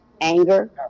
Anger